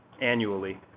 annually